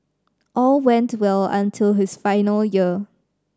all went well until his final year